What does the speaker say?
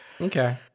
Okay